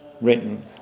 written